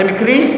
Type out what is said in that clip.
זה מקרי?